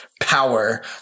power